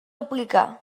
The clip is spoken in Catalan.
aplicar